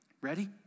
Ready